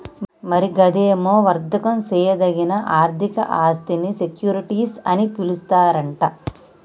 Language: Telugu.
మరి గదేమో వర్దకం సేయదగిన ఆర్థిక ఆస్థినీ సెక్యూరిటీస్ అని పిలుస్తారట